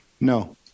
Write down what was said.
No